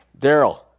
Daryl